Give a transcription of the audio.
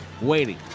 waiting